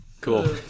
Cool